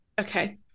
Okay